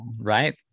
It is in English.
right